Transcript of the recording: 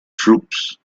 troops